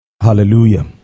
Hallelujah